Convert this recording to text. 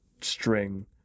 string